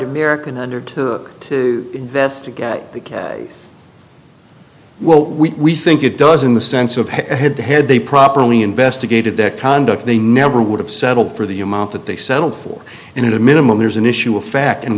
american undertook to investigate the case well we think it does in the sense of a head to head they properly investigated their conduct they never would have settled for the amount that they settled for in a minimum there's an issue of fact and